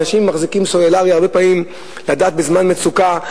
אנשים מחזיקים סלולרי הרבה פעמים כדי לדעת בזמן מצוקה,